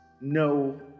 no